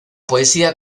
poesía